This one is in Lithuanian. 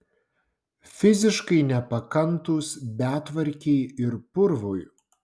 fiziškai nepakantūs betvarkei ir purvui